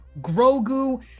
Grogu